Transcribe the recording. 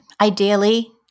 Ideally